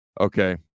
Okay